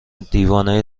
دیوانه